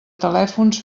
telèfons